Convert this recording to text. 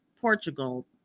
portugal